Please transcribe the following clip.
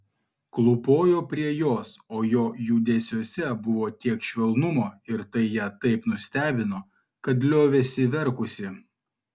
klūpojo prie jos o jo judesiuose buvo tiek švelnumo ir tai ją taip nustebino kad liovėsi verkusi